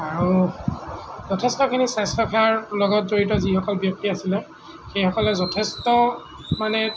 আৰু যথেষ্টখিনি স্বাস্থ্যসেৱাৰ লগত জড়িত যিসকল ব্যক্তি আছিলে সেইসকলে যথেষ্ট মানে